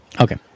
Okay